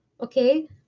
Okay